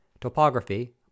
topography